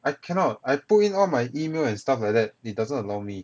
I cannot I put in all my email and stuff like that it doesn't allow me